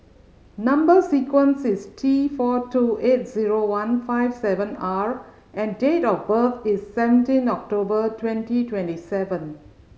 number sequence is T four two eight zero one five seven R and date of birth is seventeen October twenty twenty seven